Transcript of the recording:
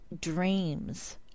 dreams